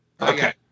Okay